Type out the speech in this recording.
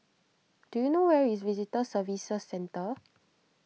do you know where is Visitor Services Centre